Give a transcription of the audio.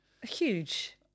Huge